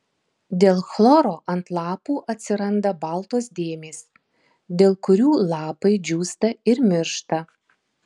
dėl chloro ant lapų atsiranda baltos dėmės dėl kurių lapai džiūsta ir miršta